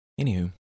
Anywho